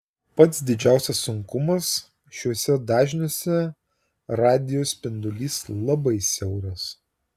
pats didžiausias sunkumas šiuose dažniuose radijo spindulys labai siauras